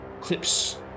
clips